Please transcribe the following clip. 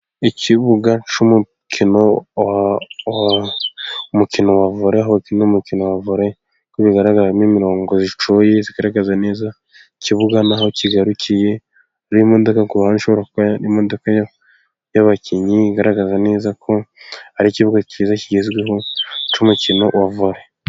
Ikibuga c'yumukino umukino wa vore, aho bakinira umukino wa vore, nkuko bigaragara harimo imirongo icoye igaragaza neza ikibuga naho kigarukiye, hariho imodoka kuruhande ishobora kuba ari imodoka y'abakinnyi, igaragaza neza ko ari ikibuga cyiza kigezweho cy'umukino wa vore.